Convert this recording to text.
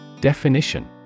Definition